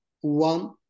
One